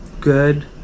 good